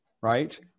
right